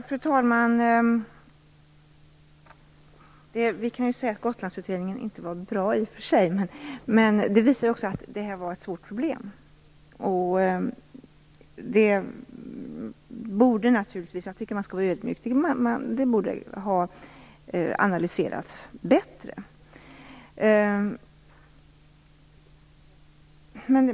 Fru talman! Vi kan i och för sig säga att Gotlandsutredningen inte var bra. Men det visar också att det här var ett svårt problem. Jag tycker att man skall vara ödmjuk och säga att det borde ha analyserats bättre.